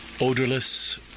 odorless